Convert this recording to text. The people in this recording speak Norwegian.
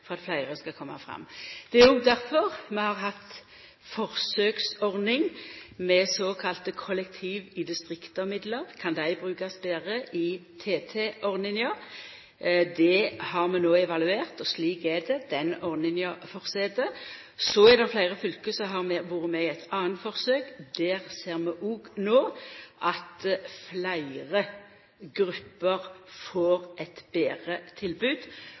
for at fleire skal koma fram. Det er difor vi har hatt forsøksordning med såkalla kollektiv i distriktsmidlar. Kan dei brukast betre i TT-ordninga? Det har vi no evaluert, og slik blir det. Den ordninga fortset. Så er det fleire fylke som har vore med på eit anna forsøk. Der ser vi no at fleire grupper får eit betre tilbod,